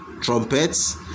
trumpets